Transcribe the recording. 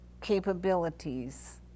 capabilities